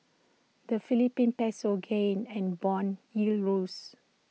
the Philippine Peso gained and Bond yields rose